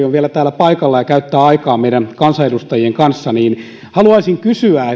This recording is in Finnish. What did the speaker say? on vielä täällä paikalla ja käyttää aikaa meidän kansanedustajien kanssa haluaisin kysyä